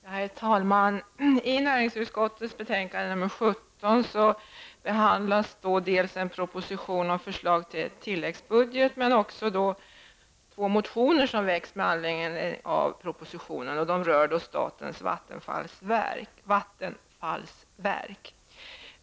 Herr talman! I näringsutskottets betänkande 17 behandlas dels en proposition om förslag till tilläggsbudget, dels två motioner som har väckts med anledning av propositionen. De rör statens vattenfallsverk.